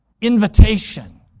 invitation